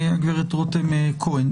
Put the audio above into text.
הגברת רותם כהן.